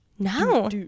No